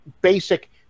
basic